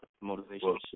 motivation